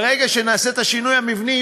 ברגע שנעשה את השינוי המבני,